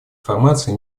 информации